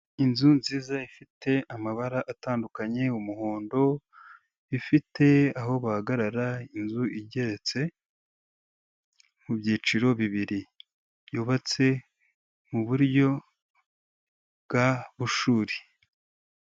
Inzu nziza ifite amabara atandukanye: umuhondo, ifite aho bahagarara, inzu igeretse mu byiciro bibiri. Yubatse mu buryo bwa bushuri.